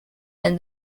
and